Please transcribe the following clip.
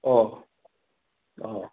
ꯑꯣ ꯑꯣ